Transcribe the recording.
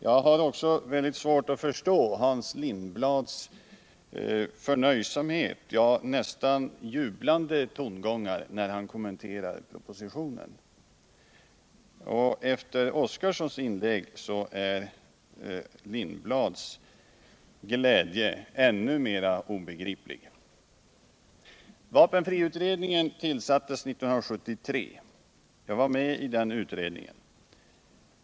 Jag har också mycket svårt att förstå Hans Lindblads förnöjsamhet — ja, nästan jublande tonläge — när han kommenterar propositionen. Efter Gunnar Oskarsons inlägg blir Hans Lindblads glädje ännu mer obegriplig. Vapenfriutredningen tillsattes 1973. Jag var med i den utredningen.